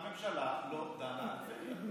בחצי שנה האחרונה הממשלה לא דנה על טבריה.